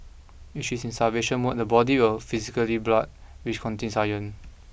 if she's in starvation mode the body will physically blood which contains iron